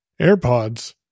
AirPods